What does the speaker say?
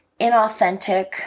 inauthentic